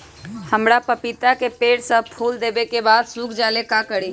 हमरा पतिता के पेड़ सब फुल देबे के बाद सुख जाले का करी?